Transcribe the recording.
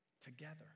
together